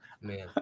Man